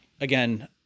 again